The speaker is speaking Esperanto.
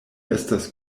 estas